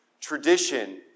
tradition